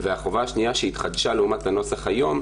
והחובה השנייה שהתחדשה לעומת הנוסח היום,